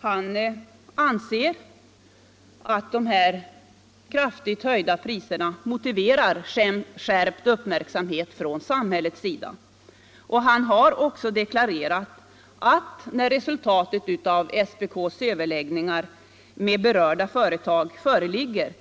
Han anser att de kraftigt höjda priserna motiverar skärpt uppmärksamhet från samhällets sida, och han har deklarerat att han, när resultatet av SPK:s överläggningar med berörda företag föreligger,